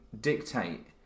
dictate